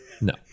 No